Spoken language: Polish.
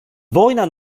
wojna